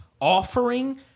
offering